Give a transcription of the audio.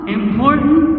important